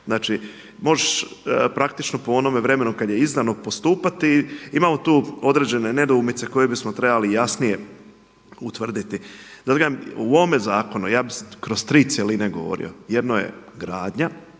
Znači možeš praktično po onome vremenu kada je izdano postupati. Imamo tu određene nedoumice koje bismo trebali jasnije utvrditi. U ovome zakonu ja bih kroz tri cjeline govorio, jedno je gradnja,